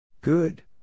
Good